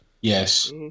Yes